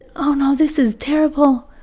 oh no, this is terrible!